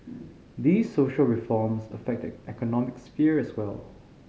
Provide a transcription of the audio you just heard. these social reforms affect the economic sphere as well